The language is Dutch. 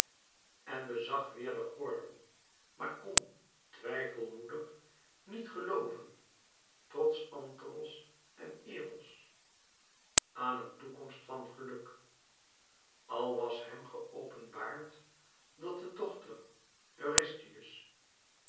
en bezag weêr den gordel maar kon twijfelmoedig niet gelooven trots anteros en eros aan een toekomst van geluk al was hem geopenbaard dat de dochter